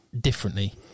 differently